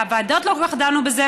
הוועדות לא כל כך דנו בזה.